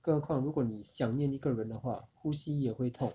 更何况如果你想念一个人的话呼吸也会痛